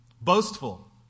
Boastful